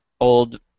old